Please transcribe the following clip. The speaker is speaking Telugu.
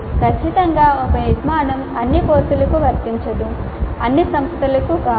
ఖచ్చితంగా ఒక నిర్మాణం అన్ని కోర్సులకు వర్తించదు అన్ని సంస్థలకు కాదు